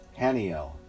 Haniel